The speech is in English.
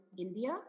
India